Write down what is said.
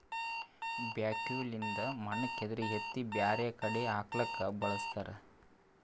backhoe ಲಿಂದ್ ಮಣ್ಣ್ ಕೆದರಿ ಎತ್ತಿ ಬ್ಯಾರೆ ಕಡಿ ಹಾಕ್ಲಕ್ಕ್ ಬಳಸ್ತಾರ